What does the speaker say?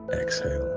exhale